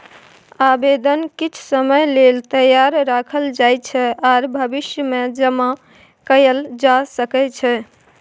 आबेदन किछ समय लेल तैयार राखल जाइ छै आर भविष्यमे जमा कएल जा सकै छै